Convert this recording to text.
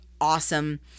awesome